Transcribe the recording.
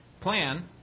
Plan